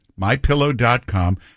MyPillow.com